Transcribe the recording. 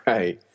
Right